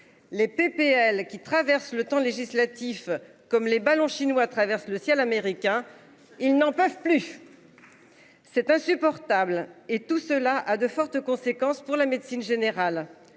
Les PPL qui traverse le temps législatif comme les ballons chinois traversent le ciel américain. Ils n'en peuvent plus. C'est insupportable et tout cela à de fortes conséquences pour la médecine générale.